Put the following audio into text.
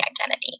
identity